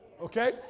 okay